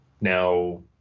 Now